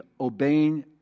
obeying